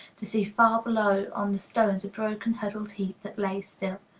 to see far below on the stones a broken, huddled heap that lay still.